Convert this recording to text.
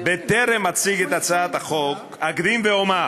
בטרם אציג את הצעת החוק אקדים ואומר